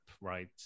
right